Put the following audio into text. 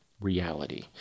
reality